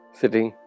sitting